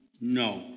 No